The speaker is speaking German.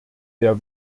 der